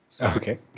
Okay